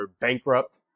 bankrupt